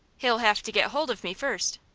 he'll have to get hold of me first.